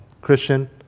Christian